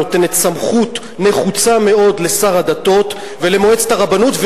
נותנת סמכות נחוצה מאוד לשר הדתות ולמועצת הרבנות,